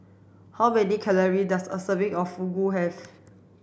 how many calories does a serving of Fugu have